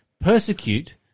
persecute